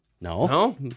no